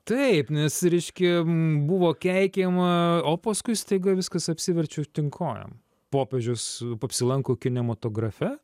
taip nes reiškia buvo keikiama o paskui staiga viskas apsiverčia aukštyn kojom popiežius apsilanko kinematografe